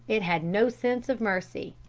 it had no sense of mercy.